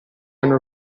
hanno